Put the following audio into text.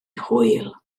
hwyl